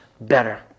better